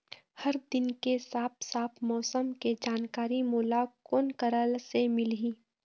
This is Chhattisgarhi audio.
हर दिन के साफ साफ मौसम के जानकारी मोला कोन करा से मिलही?